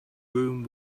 room